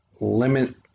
limit